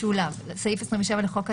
סעיף 27 לחוק הדיינים,